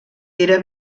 era